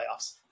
playoffs